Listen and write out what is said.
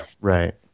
Right